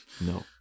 No